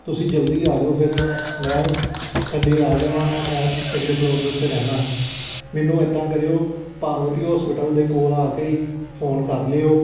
ਤੁਸੀਂ ਜਲਦੀ ਆ ਜਾਓ ਫਿਰ ਮੈਂ ਥੱਲੇ ਆ ਜਾਵਾਂਗਾ ਮੈਂ ਸੈਕਿੰਡ ਫਲੋਰ ਦੇ ਉੱਤੇ ਰਹਿੰਦਾ ਮੈਨੂੰ ਇੱਦਾਂ ਕਰਿਓ ਪਾਰਵਤੀ ਹੋਸਪਿਟਲ ਦੇ ਕੋਲ ਆ ਕੇ ਹੀ ਫੋਨ ਕਰ ਲਿਓ